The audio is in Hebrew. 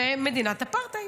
זה מדינת אפרטהייד.